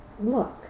look